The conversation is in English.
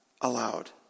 allowed